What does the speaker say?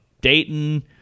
Dayton